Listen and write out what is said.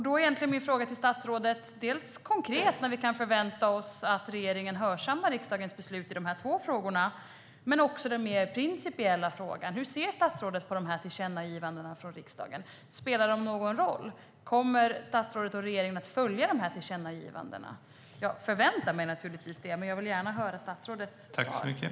Då är min konkreta fråga till statsrådet: När kan vi förvänta oss att regeringen hörsammar riksdagens beslut i dessa två frågor? Jag vill också ställa en mer principiell fråga: Hur ser statsrådet på tillkännagivanden från riksdagen? Spelar de någon roll? Kommer statsrådet och regeringen att följa dessa tillkännagivanden? Jag förväntar mig naturligtvis det, men jag vill gärna höra vad statsrådet svarar.